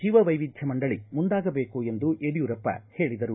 ಜೀವ ವೈವಿಧ್ಯ ಮಂಡಳಿ ಮುಂದಾಗಬೇಕು ಎಂದು ಯಡಿಯೂರಪ್ಪ ಹೇಳದರು